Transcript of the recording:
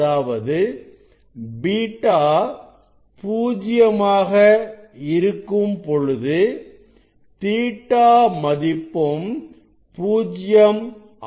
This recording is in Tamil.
அதாவது β பூஜ்ஜியமாக இருக்கும் பொழுது Ɵ மதிப்பும் பூஜ்யம் ஆகும்